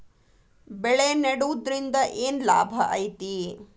ಬೆಳೆ ನೆಡುದ್ರಿಂದ ಏನ್ ಲಾಭ ಐತಿ?